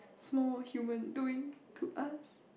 small human doing to us